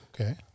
Okay